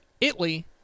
Italy